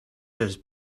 his